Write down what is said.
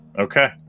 Okay